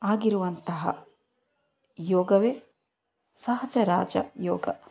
ಆಗಿರುವಂತಹ ಯೋಗವೇ ಸಹಚರಾಜ ಯೋಗ